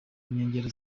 nkengero